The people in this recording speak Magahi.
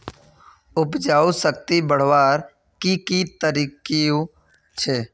उपजाऊ शक्ति बढ़वार की की तरकीब छे?